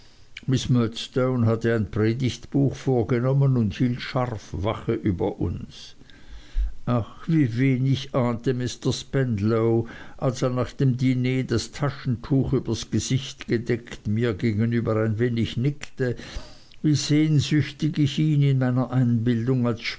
miß murdstone hatte ein predigtbuch vorgenommen und hielt scharf wache über uns ach wie wenig ahnte mr spenlow als er nach dem diner das taschentuch übers gesicht gedeckt mir gegenüber ein wenig nickte wie sehnsüchtig ich ihn in meiner einbildung